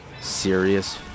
serious